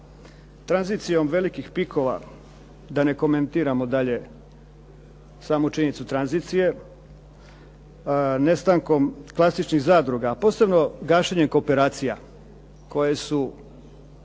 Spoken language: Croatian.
tranzicijom velikih pikova, da ne komentiramo dalje samo činjenicu tranzicije, nestankom klasičnih zadruga, a posebno gašenje kooperacija za koje smo